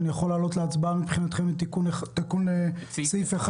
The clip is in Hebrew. אני יכול להעלות את תיקון סעיף 1?